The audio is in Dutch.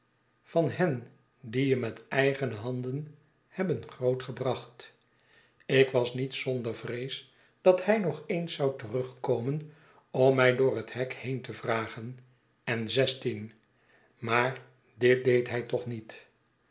van hen die je met eigene handen hebbengroot gebracht ik was niet zonder vrees dat hij nog eens zou terugkomen om mij door het hek heen te vragen en zestien maar dit deed hij toch niet